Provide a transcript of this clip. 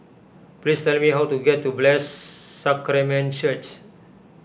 please tell me how to get to Blessed Sacrament Church